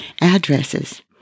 addresses